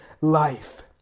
life